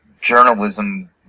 journalism